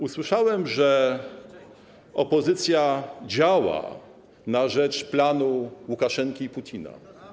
usłyszałem, że opozycja działa na rzecz planu Łukaszenki i Putina.